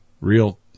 real